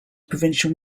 provincial